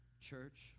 Church